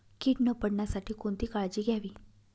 कीड न पडण्यासाठी कोणती काळजी घ्यावी?